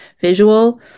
visual